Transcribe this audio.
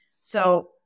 So-